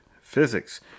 physics